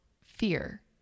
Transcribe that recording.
fear